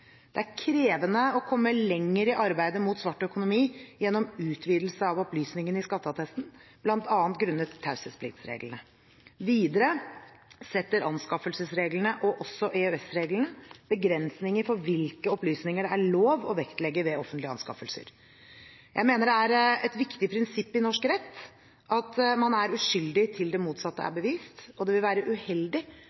Det er krevende å komme lenger i arbeidet mot svart økonomi gjennom utvidelse av opplysningene i skatteattesten, bl.a. grunnet taushetspliktsreglene. Videre setter anskaffelsesreglene og også EØS-reglene begrensninger for hvilke opplysninger det er lov å vektlegge ved offentlige anskaffelser. Jeg mener det er et viktig prinsipp i norsk rett at man er uskyldig til det motsatte er